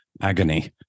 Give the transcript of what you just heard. agony